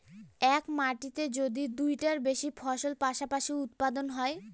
এক মাটিতে যদি দুইটার বেশি ফসল পাশাপাশি উৎপাদন হয়